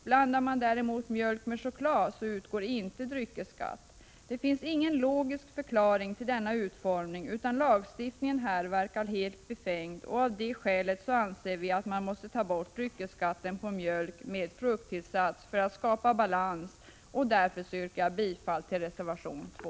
Blandar man däremot mjölk med choklad utgår inte 2 juni 1987 dryckesskatt. Det finns ingen logisk förklaring till denna utformning, utan lagstiftningen här verkar helt befängd. Av det skälet anser vi att man måste ta bort dryckesskatten på mjölk med frukttillsats för att skapa balans, och därför yrkar jag bifall till reservation 2.